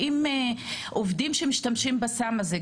האם עובדים שמשתמשים בסם הזה,